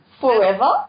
Forever